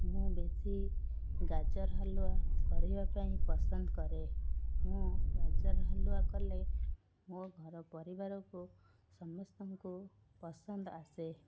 ମୁଁ ବେଶି ଗାଜର ହାଲୁଆ କରିବା ପାଇଁ ପସନ୍ଦ କରେ ମୁଁ ଗାଜର ହାଲୁଆ କଲେ ମୋ ଘର ପରିବାରକୁ ସମସ୍ତଙ୍କୁ ପସନ୍ଦ ଆସେ